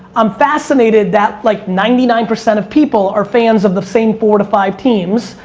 i'm fascinated that like ninety nine percent of people are fans of the same four to five teams,